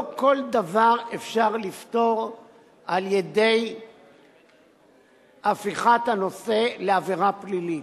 לא כל דבר אפשר לפתור על-ידי הפיכת הנושא לעבירה פלילית.